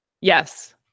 yes